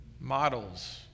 models